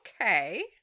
okay